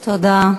תודה.